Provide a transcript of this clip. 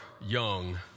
young